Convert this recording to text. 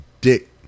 dick